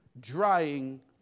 drying